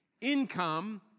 Income